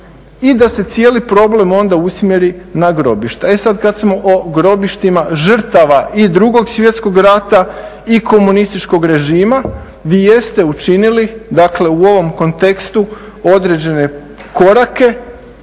i da se cijeli problem onda usmjeri na grobišta. E sada kada smo o grobištima žrtava i 2.svjestkog rata i komunističkog režima vi jeste učinili u ovom kontekstu određene korake